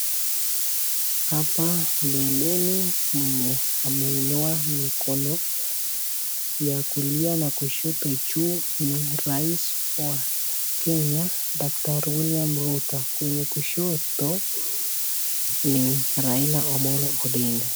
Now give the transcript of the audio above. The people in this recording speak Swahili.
Haoa mbeleni mwenye ameinua mikono ya kulia na kusho ni rais wa kenya William Samoei Ruto kwenye kushoto ni Raila Omolo Odinga.